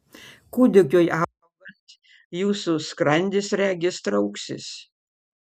kūdikiui augant jūsų skrandis regis trauksis